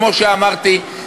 כמו שאמרתי,